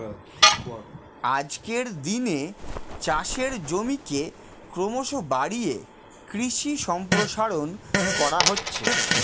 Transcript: আজকের দিনে চাষের জমিকে ক্রমশ বাড়িয়ে কৃষি সম্প্রসারণ করা হচ্ছে